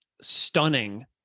stunning